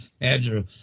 Andrew